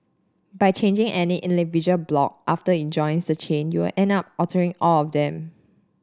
by changing any individual block after it joins the chain you'll end up altering all of them